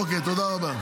אוקיי, תודה רבה.